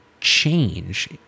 change